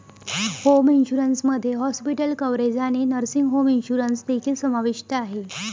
home insurance मध्ये hospital coverage आणि nursing home insurance देखील समाविष्ट आहे